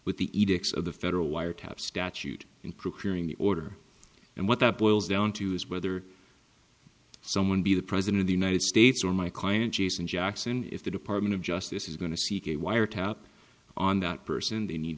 edicts of the federal wiretap statute in procuring the order and what that boils down to is whether someone be the president of the united states or my client jason jackson if the department of justice is going to seek a wiretap on that person they need